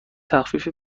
تخفیفی